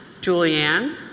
Julianne